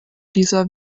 dieser